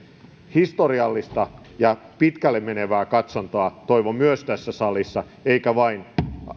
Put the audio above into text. historiallista ja pitkälle menevää katsontaa toivon tässä salissa enkä vain